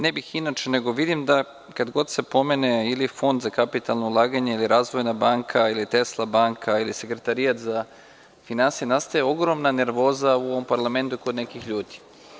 Ne bih inače, nego vidim da kada god se pomene ili Fond za kapitalna ulaganja ili „Razvojna banka“ ili „Tesla banka“ ili Sekretarijat za finansije, nastaje ogromna nervoza u ovom parlamentu kod nekih ljudi.